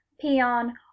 peon